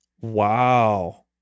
Wow